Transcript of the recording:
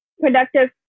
productive